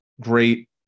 Great